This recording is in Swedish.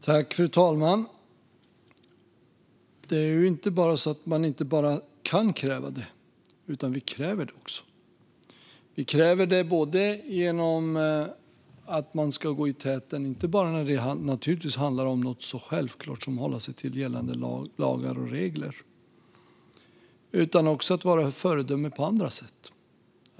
Fru talman! Det är inte bara så att man kan kräva det; vi kräver det också. Vi kräver att man ska gå i täten inte bara när det handlar om något så självklart som att hålla sig till gällande lagar och regler utan också när det handlar om att vara ett föredöme på andra sätt.